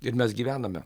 ir mes gyvename